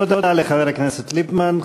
תודה לחבר הכנסת ליפמן.